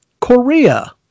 Korea